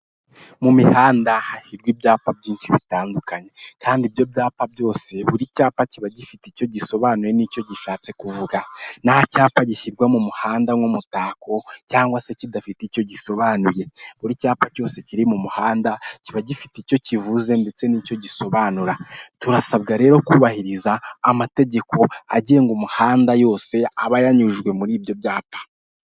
Mu mihanda hasyhirwa ibyapa byinshi bitandukanye, kandi ibyo byapa byose buri cyapa kiba gifite icyo gisobanuye n'icyo gishatse kuvuga, nta cyapa gishyirwa mu muhanda nk'umutako cyangwa se kidafite icyo gisobanuye, buri cyapa cyose kiri mu muhanda kiba gifite icyo kivuze ndetse n'icyo gisobanura, turasabwa rero kubahiriza amategeko agenga umuhanda yose aba yanyujwe muri ibyo byapa.